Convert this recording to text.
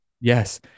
Yes